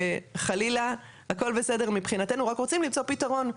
וחלילה הכל בסדר מבחינתנו רק רוצים למצוא פתרון.